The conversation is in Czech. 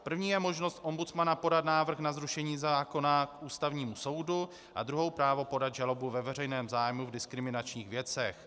První je možnost ombudsmana podat návrh na zrušení zákona k Ústavnímu soudu a druhou právo podat žalobu ve veřejném zájmu v diskriminačních věcech.